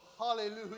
Hallelujah